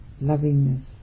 lovingness